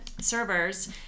servers